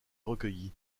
recueillies